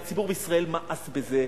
והציבור בישראל מאס בזה.